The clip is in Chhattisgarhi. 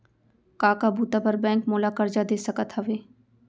का का बुता बर बैंक मोला करजा दे सकत हवे?